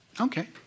Okay